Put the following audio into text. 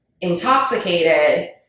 intoxicated